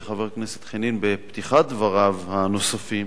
חבר הכנסת חנין בפתיחת דבריו הנוספים